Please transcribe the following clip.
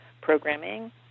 programming